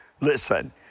Listen